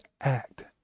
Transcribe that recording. act